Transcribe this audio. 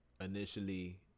initially